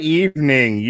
evening